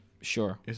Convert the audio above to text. Sure